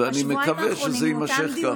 ואני מקווה שזה יימשך כך.